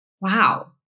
Wow